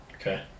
Okay